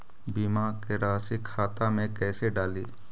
बीमा के रासी खाता में कैसे डाली?